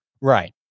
Right